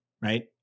right